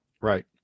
Right